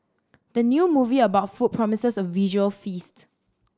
the new movie about food promises a visual feast